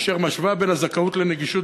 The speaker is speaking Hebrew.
אשר משווה את הזכאות לנגישות